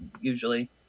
usually